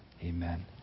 amen